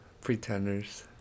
Pretenders